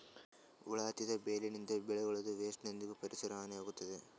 ಹುಳ ಹತ್ತಿದ್ ಬೆಳಿನಿಂತ್, ಬೆಳಿಗಳದೂ ವೇಸ್ಟ್ ನಿಂದಾಗ್ ಪರಿಸರಕ್ಕ್ ಹಾನಿ ಆಗ್ತದ್